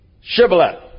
Shibboleth